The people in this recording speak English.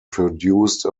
produced